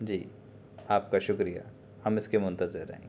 جی آپ کا شکریہ ہم اس کے منتظر رہیں گے